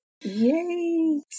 Yay